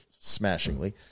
smashingly